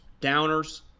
downers